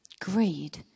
Greed